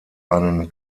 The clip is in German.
einen